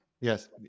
Yes